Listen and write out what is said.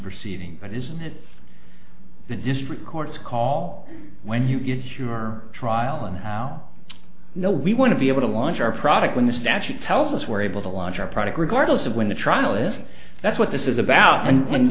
proceeding but isn't this the district courts call when you get your trial in now you know we want to be able to launch our product when the statute tells us we're able to launch our product regardless of when the trial if that's what this is about